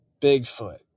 Bigfoot